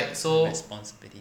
responsibility